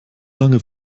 lange